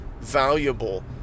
valuable